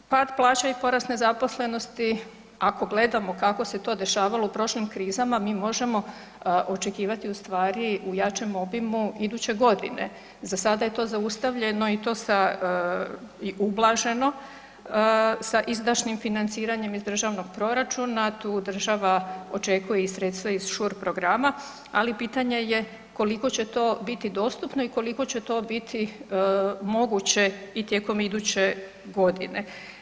Pad plaće i porast nezaposlenosti ako gledamo kako se to dešavalo u prošlim krizama, mi možemo očekivati ustvari u jačem obimu iduće godine, zasada je to zaustavljeno i to sa i ublaženo, sa izdašnim financiranjem iz državnog proračuna, tu država očekuje i sredstva iz SURE programa ali pitanje je koliko će to biti dostupno i koliko će to biti moguće i tijekom iduće godine.